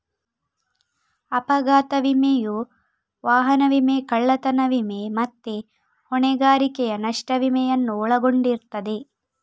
ಅಪಘಾತ ವಿಮೆಯು ವಾಹನ ವಿಮೆ, ಕಳ್ಳತನ ವಿಮೆ ಮತ್ತೆ ಹೊಣೆಗಾರಿಕೆಯ ನಷ್ಟ ವಿಮೆಯನ್ನು ಒಳಗೊಂಡಿರ್ತದೆ